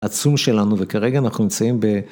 עצום שלנו, וכרגע אנחנו נמצאים ב...